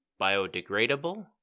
biodegradable